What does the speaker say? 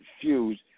fuse